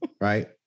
right